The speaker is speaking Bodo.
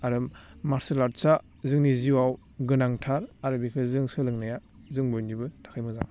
आरो मार्सियेल आर्ट्सा जोंनि जिवाव गोनांथार आरो बिखौ जों सोलोंनाया जों बयनिबो थाखाय मोजां